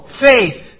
faith